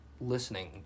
listening